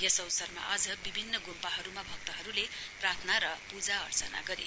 यस अवसरमा आज विभिन्न गुम्पाहरूमा भक्तहरूले प्रार्थना र पूजा अर्चना गरे